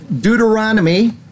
Deuteronomy